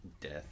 death